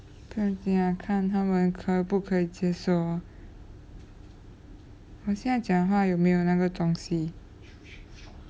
不用紧啦看他们可不可以接受 lor 好像讲话有没有那个东西